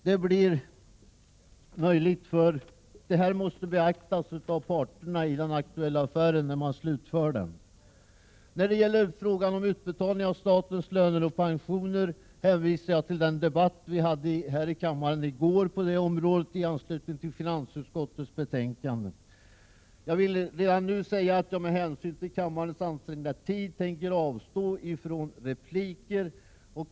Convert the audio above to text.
Detta måste beaktas av parterna i den aktuella affären, då den slutförs. När det gäller frågan om utbetalning av statens löner och pensioner hänvisar jag till den debatt som vi förde här i kammaren i går på det området i anslutning till behandlingen av finansutskottets betänkande. Jag vill redan nu säga att jag med hänsyn till kammarens ansträngda arbetssituation kommer att avstå från repliker.